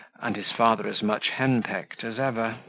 and his father as much henpecked, as ever.